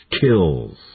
kills